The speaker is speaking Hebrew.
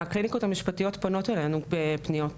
הקליניקות המשפטיות פונות אלינו בפניות.